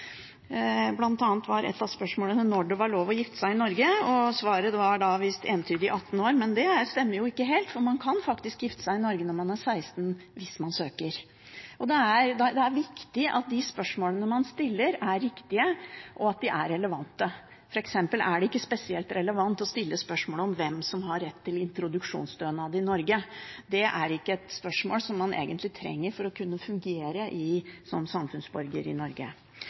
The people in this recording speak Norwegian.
lov å gifte seg i Norge, og svaret var entydig 18 år. Men det stemmer jo ikke helt, for man kan faktisk gifte seg i Norge når man er 16 år, hvis man søker. Det er viktig at de spørsmålene man stiller, er riktige, og at de er relevante. For eksempel er det ikke spesielt relevant å stille spørsmål om hvem som har rett til introduksjonsstønad i Norge. Det er ikke et spørsmål man egentlig trenger for å kunne fungere som samfunnsborger i Norge.